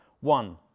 one